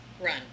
run